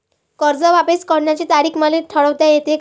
कर्ज वापिस करण्याची तारीख मले ठरवता येते का?